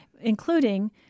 including